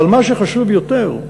אבל מה שחשוב יותר,